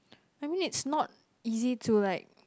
I mean it's not easy to like